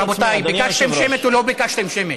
רבותיי, ביקשתם שמית או לא ביקשתם שמית?